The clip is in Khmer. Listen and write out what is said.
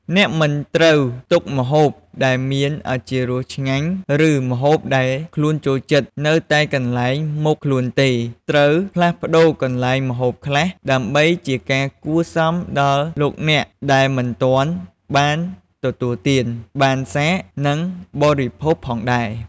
អ្នកមិនត្រូវទុកម្ហូបដែលមានឱជារសឆ្ងាញ់ ឬម្ហូបដែលខ្លួនចូលចិត្ត នៅតែកន្លែងមុខខ្លួនទេ ត្រូវផ្លាស់ប្តូរកន្លែងម្ហូបខ្លះ ដើម្បីជាការគួរសមដល់លោកអ្នកដែលមិនទានបានទទួលទាន បានសាក និងបិភោគផងដែរ។